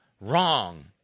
wrong